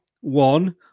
one